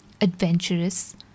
adventurous